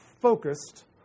focused